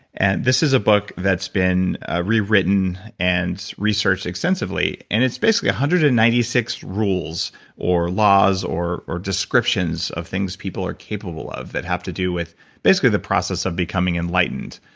and this is a book that's been ah re-written and researched extensively. and it's basically one hundred and ninety six rules or laws or or descriptions of things people are capable of that have to do with basically the process of becoming enlightened.